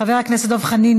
חבר הכנסת דב חנין,